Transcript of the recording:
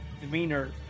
demeanor